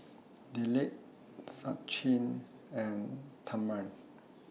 Dilip Sachin and Tharman